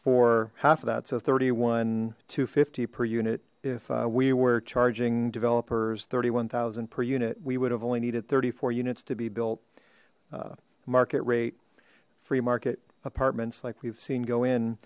for half of that so thirty one to fifty per unit if we were charging developers thirty one thousand per unit we would have only needed thirty four units to be built market rate free market apartments like we've seen go in